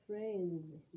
Friends